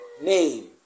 name